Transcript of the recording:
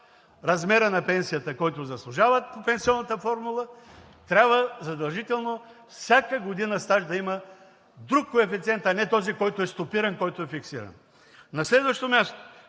размера на пенсията, който заслужават по пенсионната формула, трябва задължително всяка година стаж да има друг коефициент, а не този, който е стопиран, който е фиксиран! На следващо място.